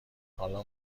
حالا